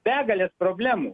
begalės problemų